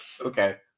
okay